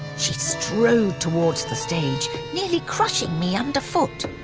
she strode towards the stage, nearly crushing me underfoot